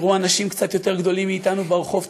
תראו אנשים קצת יותר גדולים מאתנו ברחוב,